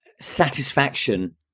satisfaction